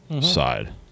side